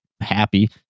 Happy